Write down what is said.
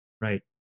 Right